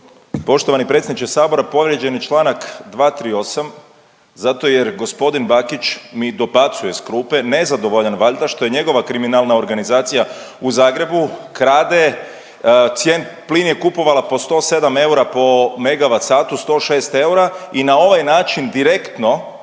Poštovani predsjedniče Sabora povrijeđen je članak 238. zato jer gospodin Bakić mi dobacuje iz klupe nezadovoljan valjda što je njegova kriminalna organizacija u Zagrebu krade. Plin je kupovala po 107 eura po megavat satu, 106 eura i na ovaj način direktno